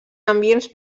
ambients